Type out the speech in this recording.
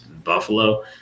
buffalo